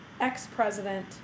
ex-president